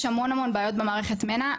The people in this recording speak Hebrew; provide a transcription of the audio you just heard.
יש המון המון בעיות במערכת מנ"ע.